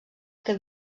que